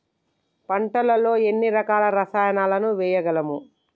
పంటలలో ఎన్ని రకాల రసాయనాలను వేయగలము?